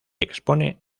expone